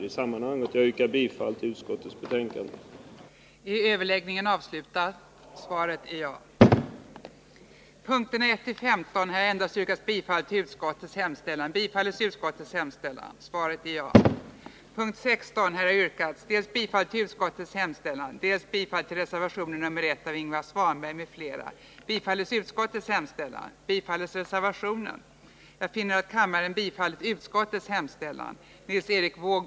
Om minst hälften av de röstande röstar nej har kammaren beslutat att ärendet i denna del skall återförvisas till utskottet.